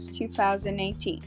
2018